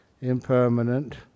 impermanent